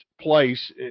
place